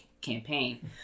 campaign